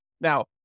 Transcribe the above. Now